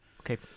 Okay